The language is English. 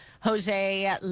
jose